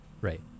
Right